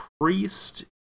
priest